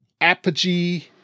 apogee